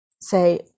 say